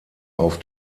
auf